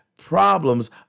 Problems